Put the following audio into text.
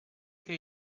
che